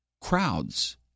Crowds